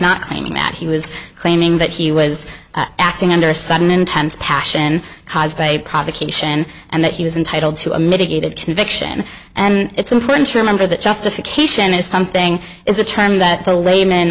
not claiming that he was claiming that he was acting under a sudden intense passion caused by a provocation and that he was entitled to a mitigated conviction and it's important to remember that justification is something is a term that the layman